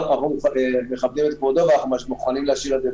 אנחנו מכבדים את כבודו ומוכנים להשאיר את זה